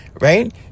right